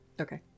Okay